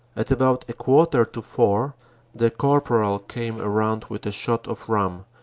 at about a quarter to four the corporal came around with a shot of rum,